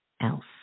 else